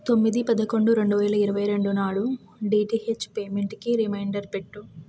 తొమ్మిది పదకొండు రెండు వేల ఇరవై రెండు నాడు డిటిహెచ్ పేమెంటుకి రిమైండర్ పెట్టు